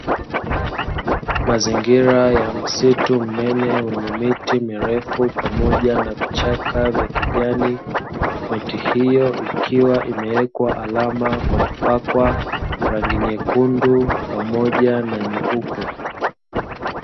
Mazingira ya msitu mnene wenye miti mirefu, pamoja na vichaka vya kijani. Miti hiyo ikiwa imewekwa alama kwa kupakwa rangi nyekundu, pamoja na nyeupe.